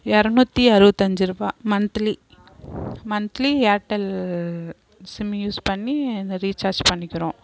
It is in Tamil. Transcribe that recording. இரநூத்தி அறுபத்தி அஞ்சு ரூபாய் monthly monthly Airtel sim use பண்ணி அந்த ரீச்சார்ஜ் பண்ணிக்கிறோம்